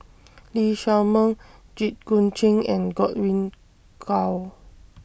Lee Shao Meng Jit Koon Ch'ng and Godwin Koay